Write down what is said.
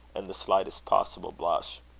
and the slightest possible blush.